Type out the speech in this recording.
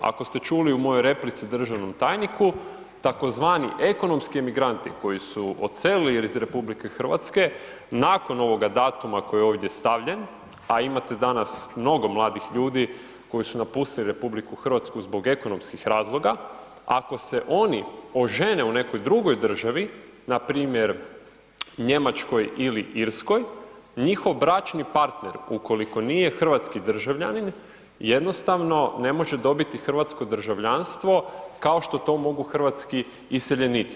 Ako ste čuli u mojoj replici državnom tajniku, tzv. ekonomski emigranti koji su odselili iz RH nakon ovoga datuma koji je ovdje stavljen a imate danas mnogo mladih ljudi koji su napustili RH zbog ekonomskih razloga, ako se oni ožene u nekoj drugoj državi, npr. Njemačkoj ili Irskoj, njihov bračni partner ukoliko nije hrvatski državljanin jednostavno ne može dobiti hrvatsko državljanstvo kao što to mogu hrvatski iseljenici.